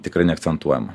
tikrai neakcentuojama